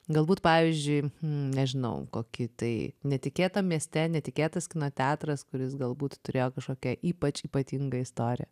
galbūt pavyzdžiui nežinau koki tai netikėtam mieste netikėtas kino teatras kuris galbūt turėjo kažkokią ypač ypatingą istoriją